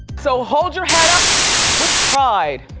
so hold your head up with pride.